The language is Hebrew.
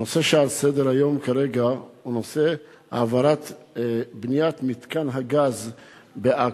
הנושא שעל סדר-היום כרגע הוא העברת בניית מתקן הגז לעכו.